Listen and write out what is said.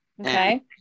Okay